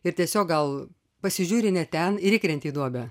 ir tiesiog gal pasižiūri ne ten ir įkrenti į duobę